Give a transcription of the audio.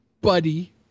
buddy